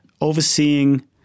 overseeing